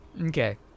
Okay